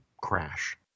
crash